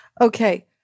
Okay